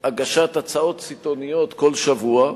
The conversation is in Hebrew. הגשת הצעות סיטוניות כל שבוע,